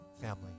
family